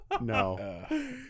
No